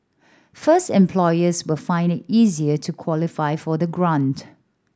first employers will find it easier to qualify for the grant